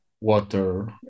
water